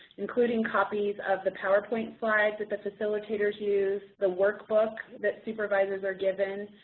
including copies of the powerpoint slides that the facilitators use, the workbook that supervisors are given,